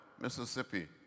Mississippi